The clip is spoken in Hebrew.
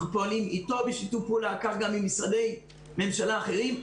אנחנו פועלים איתו בשיתוף פעולה וכך גם עם משרדי ממשלה אחרים.